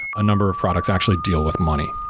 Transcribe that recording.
a number of products actually deal with money.